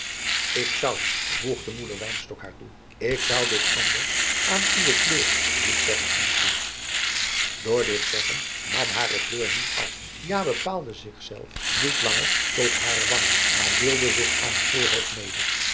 ik zou voegde moeder wynstok haar toe ik zou dit anders aan uwe kleur niet zeggen antje door dit zeggen nam hare kleur niet af ja bepaalde zich zelf niet langer tot hare wangen maar deelde zich aan het voorhoofd mede